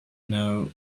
know